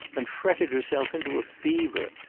and fretted herself into a fever,